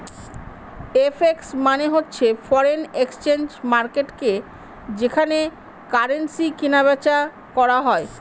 FX মানে হচ্ছে foreign exchange মার্কেটকে যেখানে কারেন্সি কিনা বেচা করা হয়